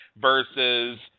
versus